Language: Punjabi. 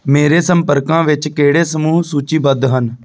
ਮੇਰੇ ਸੰਪਰਕਾਂ ਵਿੱਚ ਕਿਹੜੇ ਸਮੂਹ ਸੂਚੀਬੱਧ ਹਨ